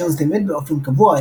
ג'ונס לימד באופן קבוע,